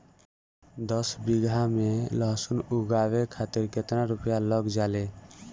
दस बीघा में लहसुन उगावे खातिर केतना रुपया लग जाले?